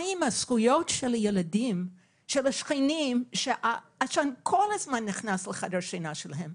מה עם זכויות ילדי השכנים שעשן כל הזמן נכנס לחדר השינה שלהם?